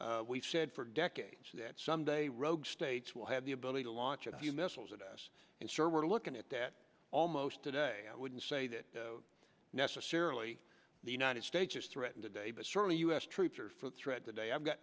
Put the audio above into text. we've said for decades that some day rogue states will have the ability to launch a few missiles at us and so we're looking at that almost today i wouldn't say that necessarily the united states is threatened today but certainly u s troops are for threat today i've got